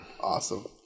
Awesome